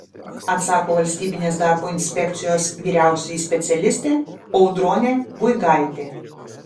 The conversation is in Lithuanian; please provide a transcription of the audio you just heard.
atsako valstybinės darbo inspekcijos vyriausioji specialistė audronė guigaitė